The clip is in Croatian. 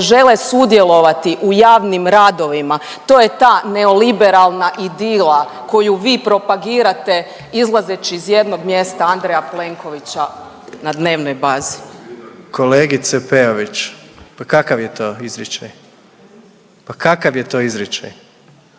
žele sudjelovati u javnim radovima. To je ta neoliberalna idila koju vi propagirate izlazeći iz jednog mjesta Andreja Plenkovića na dnevnoj bazi. **Jandroković, Gordan (HDZ)** Kolegice Peović, pa kakav je to izričaj? Pa kakav je to izričaj?